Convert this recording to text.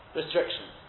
restrictions